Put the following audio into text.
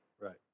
Right